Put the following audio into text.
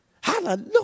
Hallelujah